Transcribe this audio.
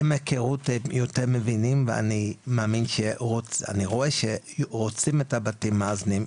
עם ההיכרות יותר מבינים ואני מאמין ורואה שרוצים את הבתים המאזנים.